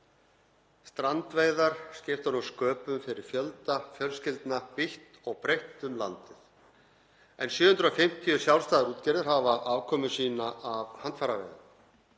Strandveiðar skipta sköpum fyrir fjölda fjölskyldna vítt og breitt um landið en 750 sjálfstæðar útgerðir hafa afkomu sína af handfæraveiðum